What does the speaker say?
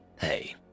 hey